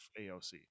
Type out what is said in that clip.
AOC